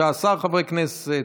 בעד 13 חברי כנסת,